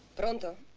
but and